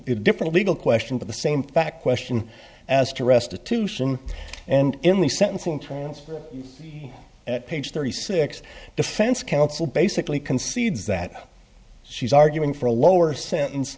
different legal question but the same fact question as to restitution and in the sentencing turns at page thirty six defense counsel basically concedes that she's arguing for a lower sentence